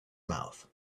mouth